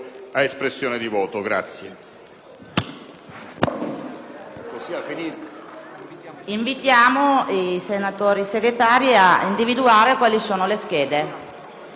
Invitiamo i senatori Segretari ad individuare quali siano le schede in